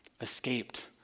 escaped